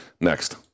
Next